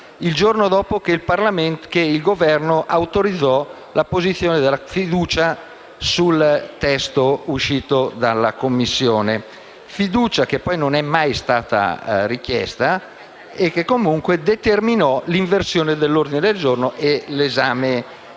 il giorno dopo che il Governo autorizzò l'apposizione della fiducia sul testo uscito dalla Commissione; fiducia che poi non è mai stata posta e che, comunque, determinò l'inversione dell'ordine del giorno e l'esame del